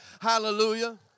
hallelujah